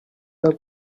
del